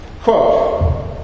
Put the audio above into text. Quote